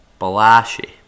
Balashi